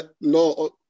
no